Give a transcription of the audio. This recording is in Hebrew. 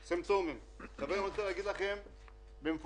חברים, אני רוצה להגיד לכם במפורש,